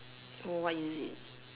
what is it